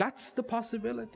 that's the possibility